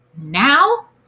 Now